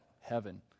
Heaven